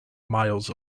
miles